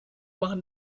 machen